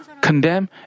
condemn